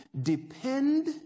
depend